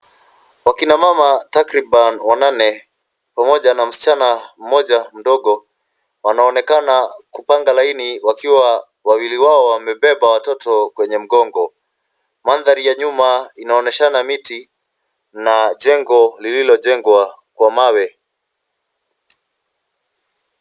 Akina mama takriban wanane pamoja na msichana mmoja mdogo wanaonekana kupanga laini wakiwa wawili wao wamebeba watoto kwenye mgongo. Mandhari ya nyuma inaonyeshana miti na jengo lililojengwa kwa mawe.